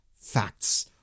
facts